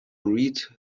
read